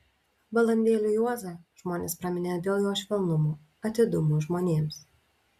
balandėliu juozą žmonės praminė dėl jo švelnumo atidumo žmonėms